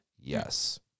Yes